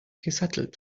gesattelt